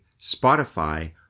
spotify